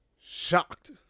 shocked